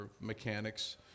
mechanics